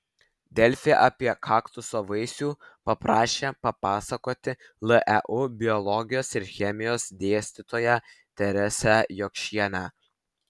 delfi apie kaktuso vaisių paprašė papasakoti leu biologijos ir chemijos dėstytoją teresę jokšienę